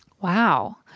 Wow